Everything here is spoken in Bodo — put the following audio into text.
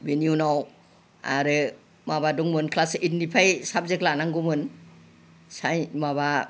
बेनि उनाव आरो माबा दंमोन क्लास ऐइटनिफ्राय साबजेक्ट लानांगौमोन साइन्स माबा